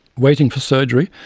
waiting for surgery,